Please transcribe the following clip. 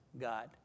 God